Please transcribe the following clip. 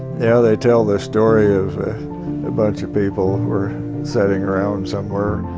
yeah, they tell the story of a bunch of people and were sitting around somewhere,